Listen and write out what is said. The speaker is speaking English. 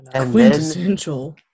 Quintessential